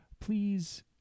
Please